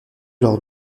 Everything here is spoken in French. lors